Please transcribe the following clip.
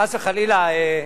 חס וחלילה,